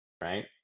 right